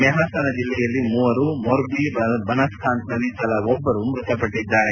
ಮೆಹಸಾನ ಜಿಲ್ಲೆಯಲ್ಲಿ ಮೂವರು ಮೊರ್ಬಿ ಬನಸ್ಕಾಂತದಲ್ಲಿ ತಲಾ ಇಬ್ಬರು ಮೃತಪಟ್ಟದ್ದಾರೆ